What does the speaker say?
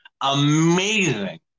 Amazing